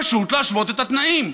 פשוט להשוות את התנאים?